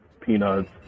peanuts